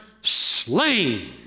slain